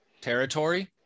territory